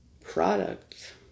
product